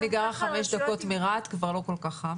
אני גרה חמש דקות מרהט, כבר לא כל כך חם,